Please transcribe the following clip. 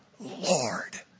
Lord